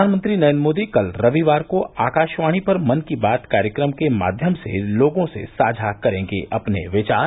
प्रधानमंत्री नरेन्द्र मोदी कल रविवार को आकाशवाणी पर मन की बात कार्यक्रम के माध्यम से लोगों से साझा करेंगे अपने विचार